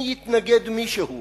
אם יתנגד מישהו